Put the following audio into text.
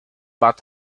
bath